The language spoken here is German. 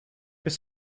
bis